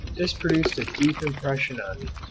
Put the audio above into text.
this produced a deep impression on me,